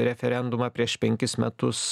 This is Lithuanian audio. referendumą prieš penkis metus